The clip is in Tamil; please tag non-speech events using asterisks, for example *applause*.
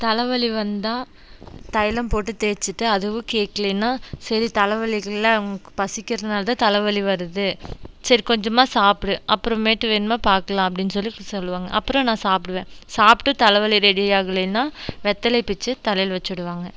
தலைவலி வந்தால் தைலம் போட்டு தேய்ச்சிட்டு அதுவும் கேட்கலைன்னா சரி தலைவலிக்கல *unintelligible* பசிக்கிறதுனால் தான் தலைவலி வருது சரி கொஞ்சமாக சாப்பிடு அப்புறமேட்டு வேணும்னா பார்க்கலாம் அப்படின்னு சொல்லி சொல்வாங்க அப்புறம் நான் சாப்பிடுவேன் சாப்பிட்டு தலைவலி ரெடி ஆகலைன்னா வெத்தலையை பிச்சு தலையில் வைச்சி விடுவாங்க